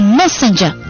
messenger